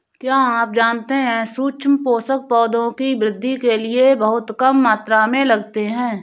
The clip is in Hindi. क्या आप जानते है सूक्ष्म पोषक, पौधों की वृद्धि के लिये बहुत कम मात्रा में लगते हैं?